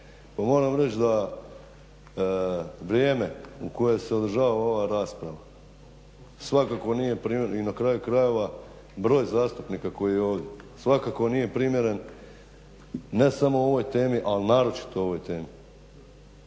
moram reć' da vrijeme u koje se održava ova rasprava svakako nije primjer ni na kraju krajeva broj zastupnika koji je ovdje svakako nije primjeren ne samo ovoj temi, a naročito ovoj temi.